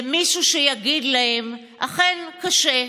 למישהו שיגיד להם: אכן, קשה,